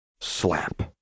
Slap